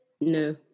No